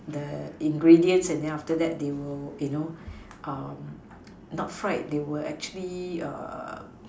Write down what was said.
the ingredients and then after that they will you know not fried they will actually